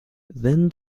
then